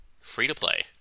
Free-to-play